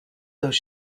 though